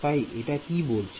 তাই এটা কি বলছে